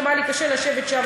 גם היה לי קשה לשבת שם,